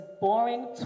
boring